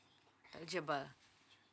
eligible